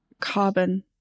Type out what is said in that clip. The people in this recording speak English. carbon